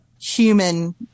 human